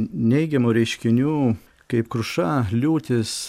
neigiamų reiškinių kaip kruša liūtis